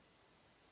Hvala.